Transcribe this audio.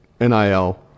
NIL